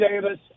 Davis